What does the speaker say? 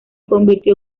convirtió